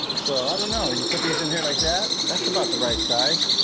so i don't know, you put these in here like that? that's about the right size.